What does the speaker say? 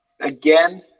Again